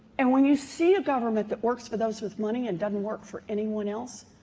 and when you see a government that works for those with money and doesn't work for anyone else,